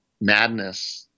madness